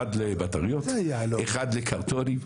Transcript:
אחד לבטריות, אחד לקרטונים.